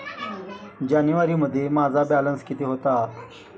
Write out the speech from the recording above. जानेवारीमध्ये माझा बॅलन्स किती होता?